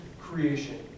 creation